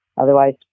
otherwise